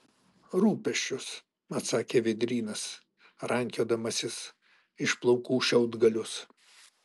rūpesčius atsakė vėdrynas rankiodamasis iš plaukų šiaudgalius